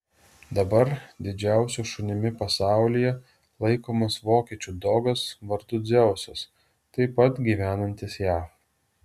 dabar didžiausiu šunimi pasaulyje laikomas vokiečių dogas vardu dzeusas taip pat gyvenantis jav